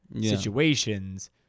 situations